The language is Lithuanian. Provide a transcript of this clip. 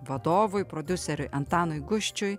vadovui prodiuseriui antanui gusčiui